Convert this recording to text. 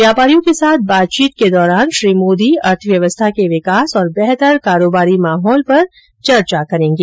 व्यापारियों के साथ बातचीत के दौरान श्री मोदी अर्थव्यवस्था के विकास और बेहतर कारोबारी माहौल पर चर्चा करेंगे